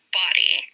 body